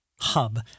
hub